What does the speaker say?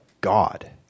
God